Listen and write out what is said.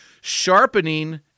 Sharpening